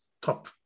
top